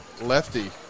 lefty